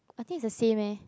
I think it's the same eh